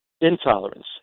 intolerance